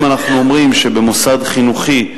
אם אנחנו אומרים שמוסד חינוכי,